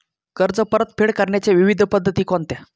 कर्ज परतफेड करण्याच्या विविध पद्धती कोणत्या?